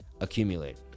Accumulate